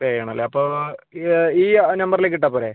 പേ ചെയ്യണം അല്ലേ അപ്പോൾ ഇത് ഈ നമ്പറിലേക്ക് ഇട്ടാൽ പോരേ